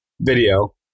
video